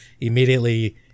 immediately